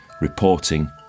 reporting